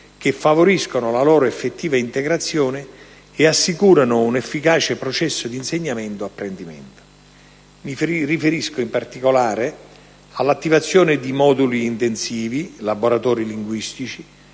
che favoriscono la loro effettiva integrazione e assicurano un efficace processo di insegnamento-apprendimento. Mi riferisco in particolare all'attivazione di moduli intensivi, laboratori linguistici,